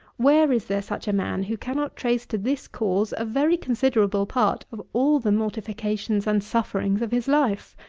where is there such a man, who cannot trace to this cause a very considerable part of all the mortifications and sufferings of his life?